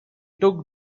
took